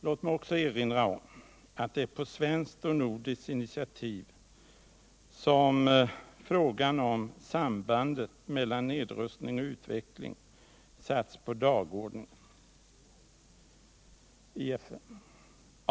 Låt mig också erinra om att det är på svenskt och nordiskt initiativ som frågan om sambandet mellan nedrustning och utveckling satts på dagordningen i FN.